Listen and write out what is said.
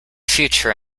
future